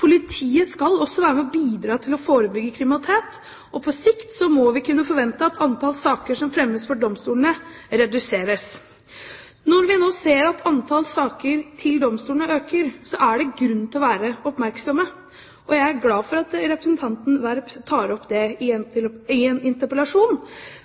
Politiet skal også være med og bidra til å forebygge kriminalitet, og på sikt må vi kunne forvente at antall saker som fremmes for domstolene, reduseres. Når vi nå ser at antall saker til domstolene øker, er det grunn til å være oppmerksom. Jeg er glad for at representanten Werp tar opp dette i en interpellasjon,